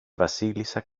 βασίλισσα